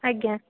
ଆଜ୍ଞା